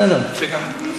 בסדר.